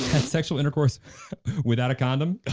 had sexual intercourse without a condom?